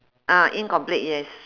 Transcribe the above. ah incomplete yes